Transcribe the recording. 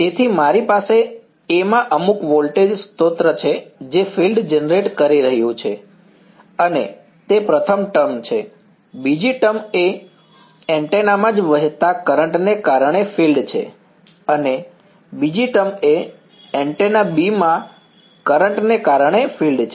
તેથી મારી પાસે A માં અમુક વોલ્ટેજ સ્ત્રોત છે જે ફીલ્ડ જનરેટ કરી રહ્યું છે અને તે પ્રથમ ટર્મ છે બીજી ટર્મ એ એન્ટેના માં જ વહેતા કરંટ ને કારણે ફીલ્ડ છે અને બીજી ટર્મ એ એન્ટેના B માં કરંટ ને કારણે ફીલ્ડ છે